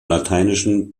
lateinischen